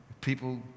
people